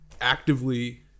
actively